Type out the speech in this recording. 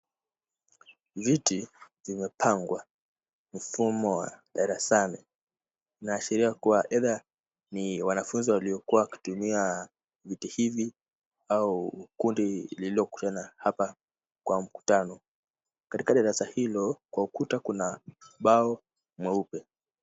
Viti zimepangwa, mfumo wa darasani. Inaashiria kuwa aidha ni wanafunzi waliokuwa wakitumia viti hivi au kundi lililokutana hapa kwa mkutano. Katika darasa hilo, kwa ukuta kuna ubao mweupe.